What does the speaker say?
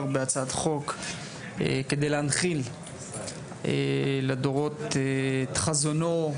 בהצעת חוק כדי להנחיל לדורות את חזונו,